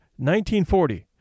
1940